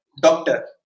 doctor